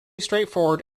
straightforward